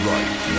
Right